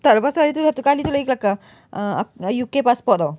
tak lepas tu satu kali tu lagi kelakar uh U_K passport [tau]